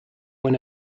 when